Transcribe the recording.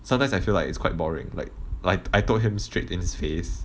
sometimes I feel like it's quite boring like like I told him straight in his face